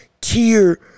tier